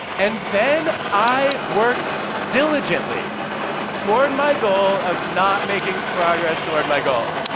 and then i worked diligently toward my goal of not making progress toward my goal.